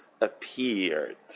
appeared